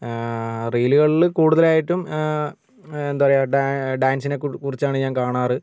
റീലുകളിൽ കൂടുതലായിട്ടും എന്താ പറയാ ഡാ ഡാൻസിനെ കുറിച്ചാണ് ഞാൻ കാണാറ്